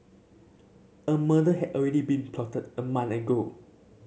a murder had already been plotted a month ago